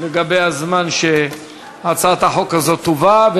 לגבי הזמן שבו הצעת החוק הזו תובא,